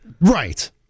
Right